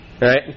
right